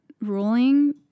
ruling